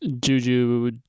juju